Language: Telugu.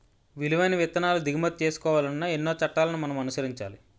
విలువైన విత్తనాలు దిగుమతి చేసుకోవాలన్నా ఎన్నో చట్టాలను మనం అనుసరించాలి